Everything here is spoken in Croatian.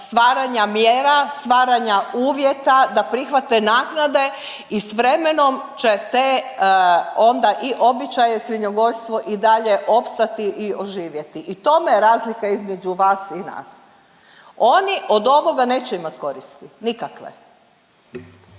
stvaranja mjera, stvaranja uvjeta, da prihvate naknade i s vremenom će te onda i običaje svinjogojstvo i dalje opstati i oživjeti. U tome je razlika između vas i nas. Oni od ovoga neće imati koristi nikakve